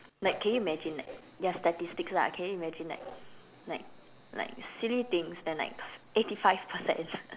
like can you imagine like ya statistics lah can you imagine like like like silly things and like eighty five percent